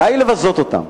די לבזות אותם.